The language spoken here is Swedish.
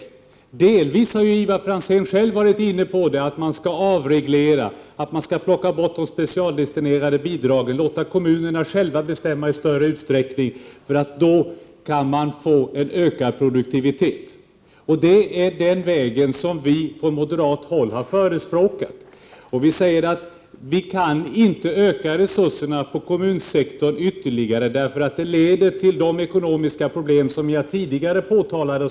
I viss mån har Ivar Franzén själv varit inne på detta med avreglering. De specialdestinerade bidragen skall bort. Kommunerna skall själva få bestämma i större utsträckning. Då kan man få en ökad produktivitet. Det är den väg som vi moderater har förespråkat. Vi säger alltså att resurserna inom kommunsektorn inte kan utökas ytterligare, för det skulle medverka till de ekonomiska problem som jag tidigare har påtalat.